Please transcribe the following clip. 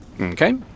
Okay